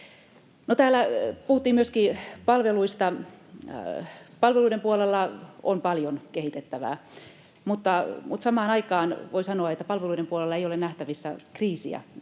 täällä puhuttiin myöskin palveluista. Palveluiden puolella on paljon kehitettävää, mutta samaan aikaan voi sanoa, että palveluiden puolella ei ole nähtävissä kriisiä